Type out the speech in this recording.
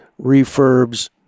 refurbs